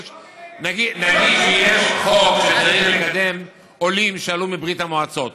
נגיד שיש חוק שצריך לקדם עולים שעלו מברית-המועצות,